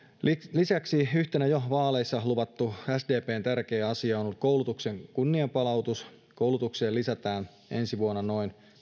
lisäksi yksi jo vaaleissa luvattu sdplle tärkeä asia on ollut koulutuksen kunnianpalautus koulutukseen lisätään ensi vuonna noin